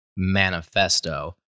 manifesto